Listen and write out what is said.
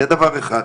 זה דבר אחד.